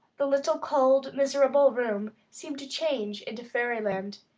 the little, cold, miserable room seemed changed into fairyland.